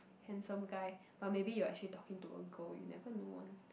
handsome guy but maybe you're actually talking to a girl you never know one